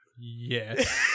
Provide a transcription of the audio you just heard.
Yes